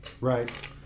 Right